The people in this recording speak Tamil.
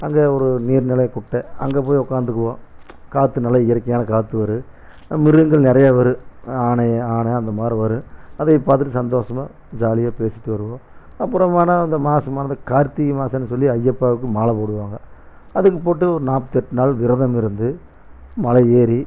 அங்கே ஒரு நீர் நிலையை குட்டை அங்கே போய் உட்காந்துக்குவோம் காற்று நல்லா இயற்கையான காற்று வரும் மிருகங்கள் நிறையா வரும் யானைய யான அந்த மாரி வரும் அதையும் பார்த்துட்டு சந்தோஷமா ஜாலியாக பேசிட்டு வருவோம் அப்புறமானால் அந்த மாதமானது கார்த்திகை மாதன்னு சொல்லி ஐயப்பாவுக்கு மாலை போடுவாங்க அதுக்கு போட்டு ஒரு நாப்தெட்டு நாள் விரதம் இருந்து மலை ஏறி